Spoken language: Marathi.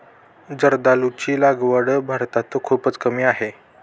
जर्दाळूची लागवड भारतात खूपच कमी आहे